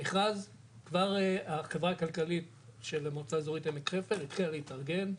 המכרז כבר החברה הכלכלית של מועצה אזורית עמק חפר התחילה להתארגן.